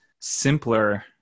simpler